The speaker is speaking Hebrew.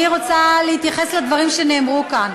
ענת ברקו חוזרת לדוכן,